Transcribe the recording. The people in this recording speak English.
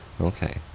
Okay